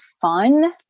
fun